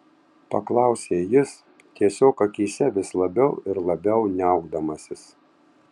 paklausė jis tiesiog akyse vis labiau ir labiau niaukdamasis